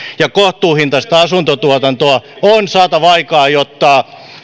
ja kohtuuhintaista asuntotuotantoa on saatava aikaan jotta